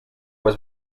was